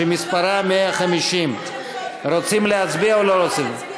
שמספרה 150. רוצים להצביע או לא רוצים?